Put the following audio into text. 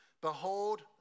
Behold